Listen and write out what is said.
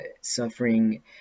suffering